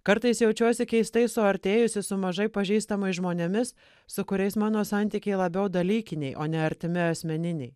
kartais jaučiuosi keistai suartėjusi su mažai pažįstamais žmonėmis su kuriais mano santykiai labiau dalykiniai o ne artimi asmeniniai